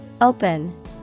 Open